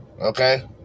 Okay